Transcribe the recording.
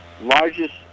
largest